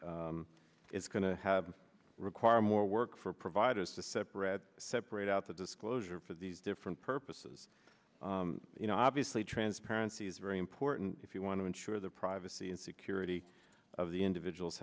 basically it's going to have require more work for providers to separate separate out the disclosure for these different purposes you know obviously transparency is very important if you want to ensure the privacy and security of the individuals